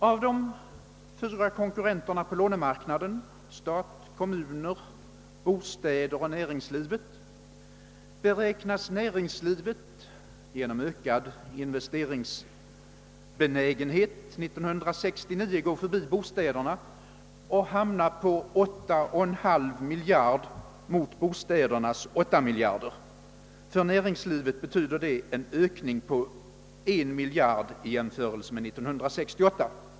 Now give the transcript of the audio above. Av de fyra konkurrenterna på lånemarknaden — stat, kommuner, bostäder och näringsliv — beräknas näringslivet genom ökad investeringsbenägenhet 1969 gå förbi bostäderna och hamna på 8,5 miljarder kronor mot bostädernas 8 miljarder kronor. För näringslivet betyder det en ökning på 1 miljard kronor i jämförelse med 1968.